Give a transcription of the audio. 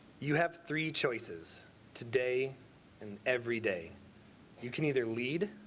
you have three choices today and every day you can either lead,